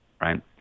right